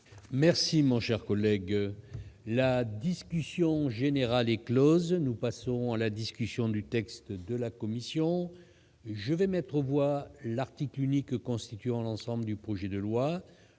de loi de ratification. La discussion générale est close. Nous passons à la discussion du texte de la commission. Avant de mettre aux voix l'article unique constituant l'ensemble du projet de loi,